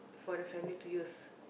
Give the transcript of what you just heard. for the family to use